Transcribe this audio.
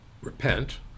repent